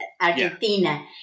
Argentina